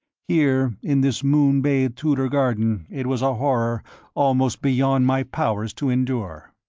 here in this moon-bathed tudor garden it was a horror almost beyond my powers to endure.